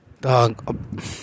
Dog